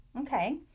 Okay